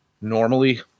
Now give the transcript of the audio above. normally